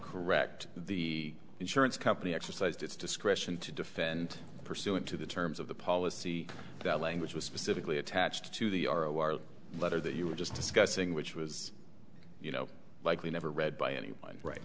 correct the insurance company exercised its discretion to defend pursuant to the terms of the policy that language was specifically attached to the r o y r letter that you were just discussing which was you know likely never read by anyone right